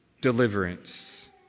deliverance